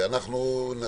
על סדר-היום,